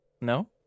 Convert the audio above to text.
No